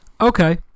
Okay